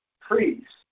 priests